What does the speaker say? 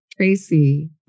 Tracy